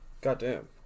goddamn